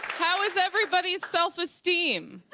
how is everybody's self-esteem?